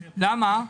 למה?